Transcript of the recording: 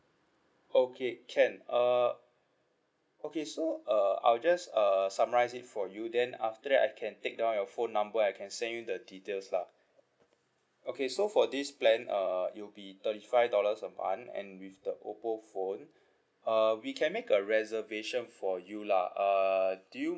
okay can uh okay so uh I'll just uh summarise it for you then after that I can take down your phone number I can send you the details lah okay so for this plan uh it will be thirty five dollars a month and with the oppo phone uh we can make a reservation for you lah uh do you